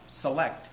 select